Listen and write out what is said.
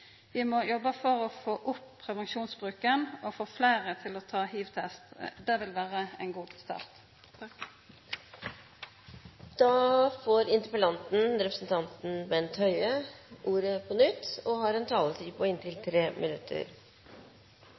Vi må jobba for å få opp prevensjonsbruken og få fleire til å ta hivtest. Det vil vera ein god start.